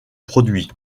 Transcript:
produit